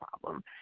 problem